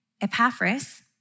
Epaphras